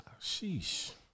Sheesh